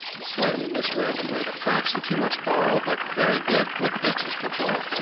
slightly mis-read, played a fraction too much borrowed, like very good with distance control.